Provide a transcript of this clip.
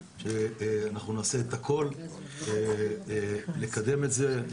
שאנחנו נעשה את הכל כדי לקדם את זה.